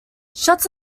shots